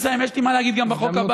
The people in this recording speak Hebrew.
אני מסיים, יש לי מה להגיד גם בחוק הבא.